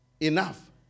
enough